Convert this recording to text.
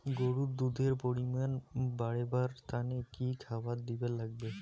গরুর দুধ এর পরিমাণ বারেবার তানে কি খাবার দিবার লাগবে?